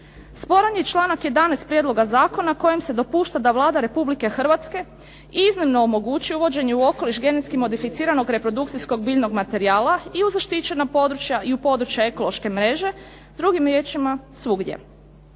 Sporan je članak 11. prijedloga zakona kojim se dopušta da Vlada Republike Hrvatske iznimno omogući uvođenje u okoliš genetski modificiranog reprodukcijskog biljnog materijala i u zaštićena područja i u područja ekološke mreže, drugim riječima svugdje.